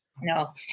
No